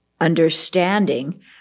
understanding